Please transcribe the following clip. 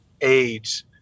AIDS